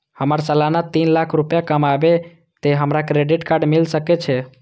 हमर सालाना तीन लाख रुपए कमाबे ते हमरा क्रेडिट कार्ड मिल सके छे?